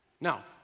Now